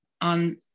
on